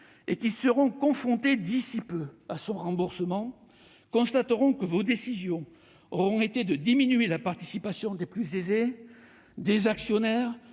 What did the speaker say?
et qui seront confrontés d'ici peu à son remboursement constateront que vos décisions auront consisté à diminuer la participation des plus aisés, des actionnaires,